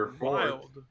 Wild